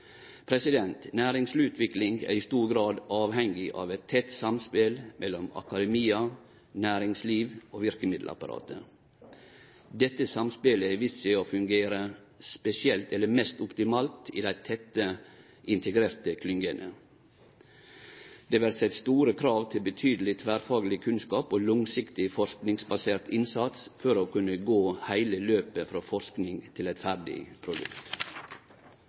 Næringsutvikling er i stor grad avhengig av eit tett samspel mellom akademia, næringsliv og verkemiddelapparatet. Dette samspelet har vist seg å fungere mest optimalt i dei tette integrerte klyngene. Det vert sett store krav til betydeleg tverrfagleg kunnskap og langsiktig forskingsbasert innsats for å kunne gå heile løpet frå forsking til eit ferdig produkt.